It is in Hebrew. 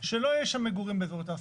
שלא יהיו שם מגורים באזורי תעסוקה,